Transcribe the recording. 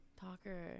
Talker